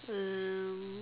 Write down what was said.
um